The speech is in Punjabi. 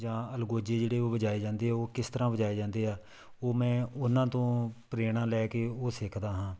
ਜਾਂ ਅਲਗੋਜ਼ੇ ਜਿਹੜੇ ਉਹ ਵਜਾਏ ਜਾਂਦੇ ਆ ਉਹ ਕਿਸ ਤਰ੍ਹਾਂ ਵਜਾਏ ਜਾਂਦੇ ਆ ਉਹ ਮੈਂ ਉਹਨਾਂ ਤੋਂ ਪ੍ਰੇਰਣਾ ਲੈ ਕੇ ਉਹ ਸਿੱਖਦਾ ਹਾਂ